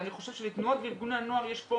אני חושב שלתנועות ולארגוני הנוער יש פה